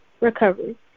recovery